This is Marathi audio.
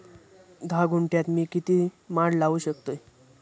धा गुंठयात मी किती माड लावू शकतय?